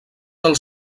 els